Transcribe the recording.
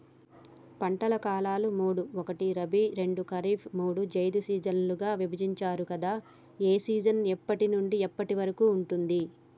పంటల కాలాలు మూడు ఒకటి రబీ రెండు ఖరీఫ్ మూడు జైద్ సీజన్లుగా విభజించారు కదా ఏ సీజన్ ఎప్పటి నుండి ఎప్పటి వరకు ఉంటుంది?